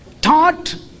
taught